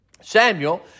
Samuel